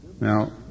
Now